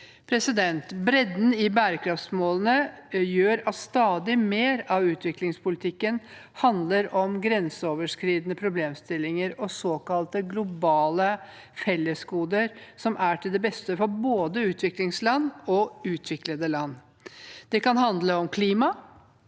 å følge. Bredden i bærekraftsmålene gjør at stadig mer av utviklingspolitikken handler om grenseoverskridende problemstillinger og såkalt globale fellesgoder som er til beste for både utviklingsland og utviklede land. Det kan handle om klima,